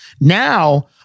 now